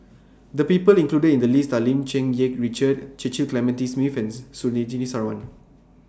The People included in The list Are Lim Cherng Yih Richard Cecil Clementi Smith Ans Surtini Sarwan